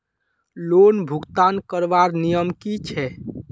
Loan भुगतान करवार नियम की छे?